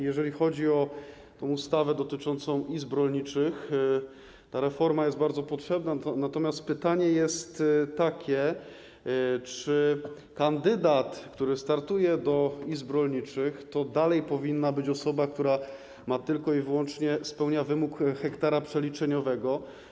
Jeżeli chodzi o ustawę dotyczącą izb rolniczych, to reforma jest bardzo potrzebna, natomiast pytanie jest takie, czy kandydat, który startuje do izb rolniczych, to dalej powinna być osoba, która tylko i wyłącznie spełnia wymóg hektara przeliczeniowego.